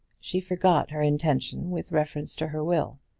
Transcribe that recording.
she forgot her intention with reference to her will.